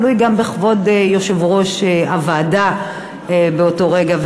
תלוי גם בכבוד יושב-ראש הוועדה באותו רגע,